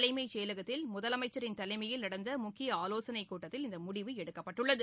தலைமைச்செயலகத்தில் முதலமைச்சரின் தலைமையில் நடந்த முக்கிய ஆலோசனைக் கூட்டடத்தில் இந்த முடிவு எடுக்கப்பட்டுள்ளது